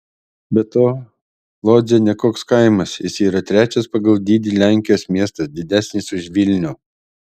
be to lodzė ne koks kaimas jis yra trečias pagal dydį lenkijos miestas didesnis už vilnių